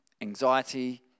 anxiety